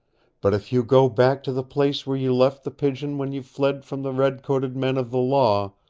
but if you go back to the place where you left the pigeon when you fled from the red-coated men of the law,